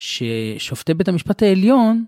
ששופטי בית המשפטי עליון.